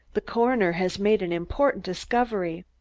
the coroner has made an important discovery.